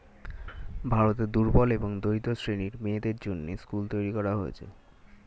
ভারতে দুর্বল এবং দরিদ্র শ্রেণীর মেয়েদের জন্যে স্কুল তৈরী করা হয়েছে